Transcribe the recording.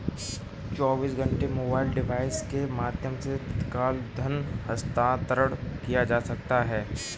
चौबीसों घंटे mobile device के माध्यम से तत्काल धन हस्तांतरण किया जा सकता है